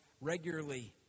regularly